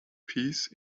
peace